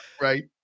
Right